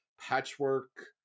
Patchwork